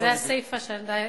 וזו הסיפא שאתה הקדמת,